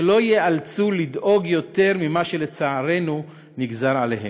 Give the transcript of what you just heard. שלא ייאלצו לדאוג יותר ממה שלצערנו נגזר עליהם.